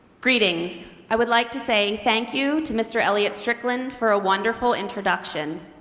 greetings, i would like to say thank you to mr. elliott strickland for a wonderful introduction.